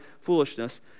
foolishness